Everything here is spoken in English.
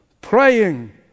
Praying